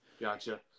Gotcha